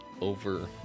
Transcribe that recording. over